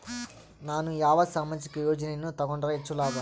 ನಾನು ಯಾವ ಸಾಮಾಜಿಕ ಯೋಜನೆಯನ್ನು ತಗೊಂಡರ ಹೆಚ್ಚು ಲಾಭ?